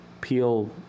Peel